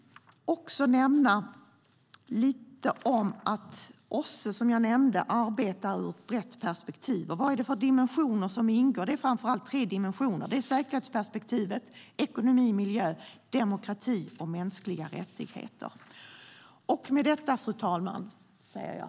Som jag nämnde arbetar OSSE i ett brett perspektiv. Vad är det för dimensioner som ingår? Det är framför allt tre dimensioner. Det är säkerhetsperspektivet, ekonomi och miljö samt demokrati och mänskliga rättigheter. Fru talman! Med detta säger jag tack för mig.